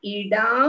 ida